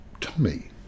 Tommy